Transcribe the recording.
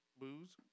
booze